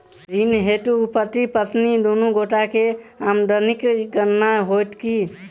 ऋण हेतु पति पत्नी दुनू गोटा केँ आमदनीक गणना होइत की?